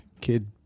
kid